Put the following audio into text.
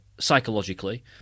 psychologically